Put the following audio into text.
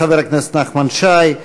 חבר הכנסת נחמן שי.